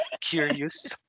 curious